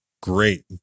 Great